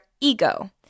ego